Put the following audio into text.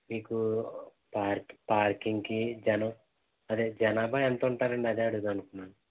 మీకు పార్క్ పార్కింగ్కి జనం అదే జనాభా ఎంత ఉంటారండి అదే అడుగుదాం అనుకున్నాను